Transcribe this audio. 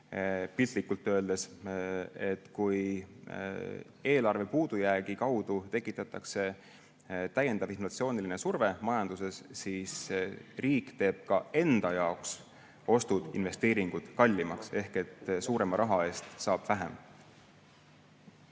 piltlikult öeldes, et kui eelarve puudujäägi olemasolul tekitatakse täiendav inflatsiooniline surve majanduses, siis riik teeb ka enda jaoks ostud ja investeeringud kallimaks ehk suurema raha eest saab vähem.